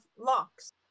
locks